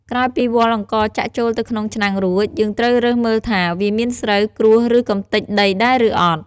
ក្រោយពីវាល់អង្ករចាក់ចូលទៅក្នុងឆ្នាំងរួច យើងត្រូវរើសមើលថា វាមានស្រូវ ក្រួស ឬ កម្ទេចដីដែរឬអត់។